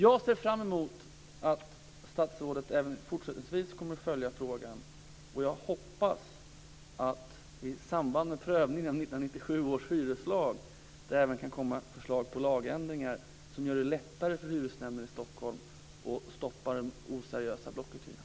Jag ser fram emot att statsrådet även fortsättningsvis kommer att följa frågan, och jag hoppas att man i samband med prövningen av 1997 års hyreslagskommittés förslag kan komma fram till förslag till lagändringar som gör det lättare för hyresnämnden i Stockholm att stoppa den oseriösa blockuthyrningen.